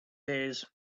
days